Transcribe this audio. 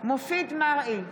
מופיד מרעי,